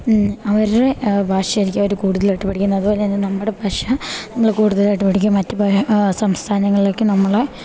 അവര്ടെ ഭാഷായാരിക്കും അവര് കൂട്ലായ്ട്ട് പഠിക്കിന്ന് അത്പോലെന്നെ നമ്മടെ ഭാഷ നമ്മള് കൂടുതലായ്ട്ട് പഠിക്കും മറ്റ് സംസ്ഥാനങ്ങൾലേക്ക് നമ്മള്